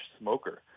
Smoker